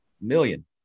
million